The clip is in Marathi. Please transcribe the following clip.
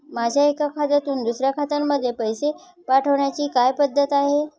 माझ्या एका खात्यातून दुसऱ्या खात्यामध्ये पैसे पाठवण्याची काय पद्धत आहे?